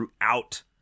throughout